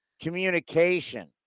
communication